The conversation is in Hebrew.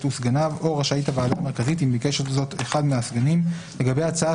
וסגניו או רשאית הוועדה המרכזית אם ביקש את זאת אחד מהסגנים לגבי הצעה